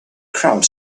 crowd